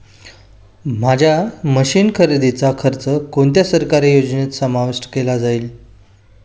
माझ्या मशीन्स खरेदीचा खर्च कोणत्या सरकारी योजनेत समाविष्ट केला जाईल?